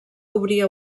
obria